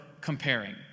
comparing